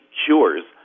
cures